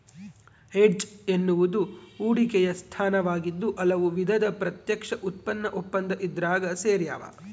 hedge ಎನ್ನುವುದು ಹೂಡಿಕೆಯ ಸ್ಥಾನವಾಗಿದ್ದು ಹಲವು ವಿಧದ ಪ್ರತ್ಯಕ್ಷ ಉತ್ಪನ್ನ ಒಪ್ಪಂದ ಇದ್ರಾಗ ಸೇರ್ಯಾವ